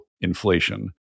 inflation